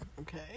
okay